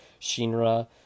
shinra